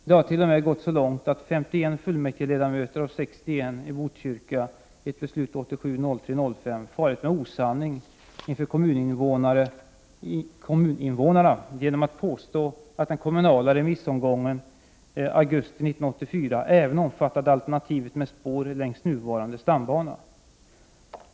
Det har t.o.m. gått så långt att 51 fullmäktigeledamöter av 61 i Botkyrka i ett beslut den 5 mars 1987 farit med osanning inför kommuninvånarna genom att påstå att den kommunala remissomgången i augusti 1984 även omfattade alternativet med spår längs nuvarande stambana.